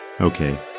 Okay